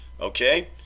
okay